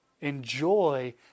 Enjoy